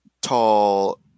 tall